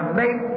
make